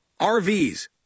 RVs